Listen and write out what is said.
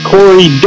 Corey